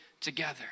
together